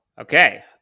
Okay